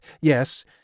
Yes